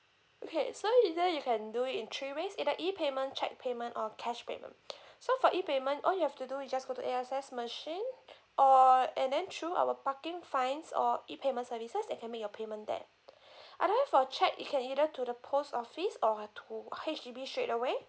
okay so either you can do it in three ways either E payment cheque payment or cash payment so for E payment all you have to do is just go to A_X_S machine or and then through our parking fines or E payment services that can make your payment there otherwise for cheque it can either to the post office or uh to H_D_B straight away